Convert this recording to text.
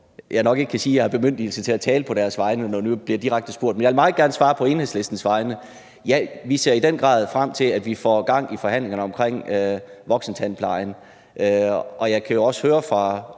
jeg kan sige, at jeg har bemyndigelse til at tale på deres vegne, når nu jeg bliver direkte spurgt. Men jeg vil meget gerne svare på Enhedslistens vegne. Ja, vi ser i den grad frem til, at vi får gang i forhandlingerne om voksentandplejen. Jeg kan jo også høre på